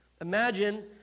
Imagine